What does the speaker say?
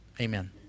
Amen